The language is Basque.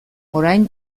orain